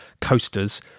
coasters